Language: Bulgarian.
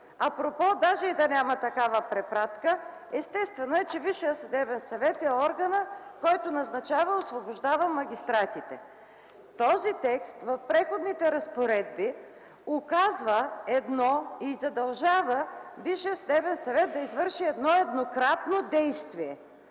Апропо, даже и да няма такава препратка, естествено е, че Висшият съдебен съвет е органът, който назначава и освобождава магистратите. Този текст в Преходните разпоредби указва и задължава Висшият съдебен съвет да извърши едно еднократно действие